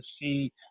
see